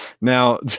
now